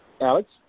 Alex